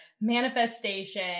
manifestation